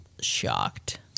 shocked